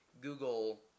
Google